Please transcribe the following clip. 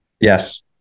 Yes